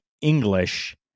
English